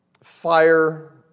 fire